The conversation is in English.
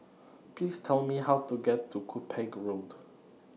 Please Tell Me How to get to Cuppage Road